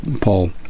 Paul